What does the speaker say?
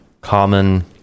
common